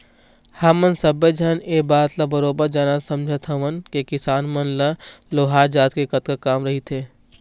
हमन सब्बे झन ये बात ल बरोबर जानत समझत हवन के किसान मन ल लोहार जात ले कतका काम रहिथे